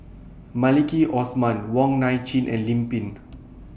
Maliki Osman Wong Nai Chin and Lim Pin